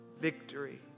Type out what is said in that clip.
Victory